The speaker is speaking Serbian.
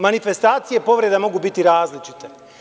Manifestacije povreda mogu biti različite.